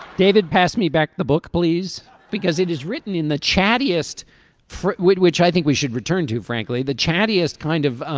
david pass me back the book please because it is written in the chatty est for wit which i think we should return to frankly the chatty est kind of um